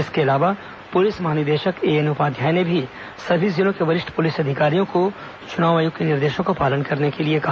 इसके अलावा पुलिस महानिदेशक एएन उपाध्याय ने भी सभी जिलों के वरिष्ठ पुलिस अधिकारियों को चुनाव आयोग के निर्देशों का पालन करने के लिए कहा